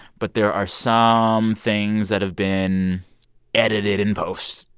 but there are some things that have been edited in post,